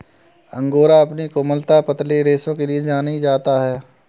angora अपनी कोमलता, पतले रेशों के लिए जाना जाता है